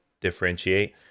differentiate